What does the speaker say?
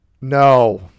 No